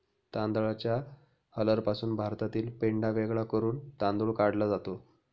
तांदळाच्या हलरपासून भातातील पेंढा वेगळा करून तांदूळ काढला जातो